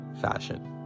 fashion